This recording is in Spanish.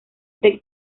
the